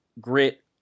grit